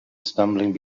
stumbling